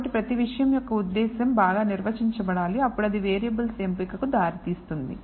కాబట్టిప్రతి విషయం యొక్క ఉద్దేశ్యం బాగా నిర్వచించబడాలి అప్పుడు అది వేరియబుల్స్ ఎంపికకు దారితీస్తుంది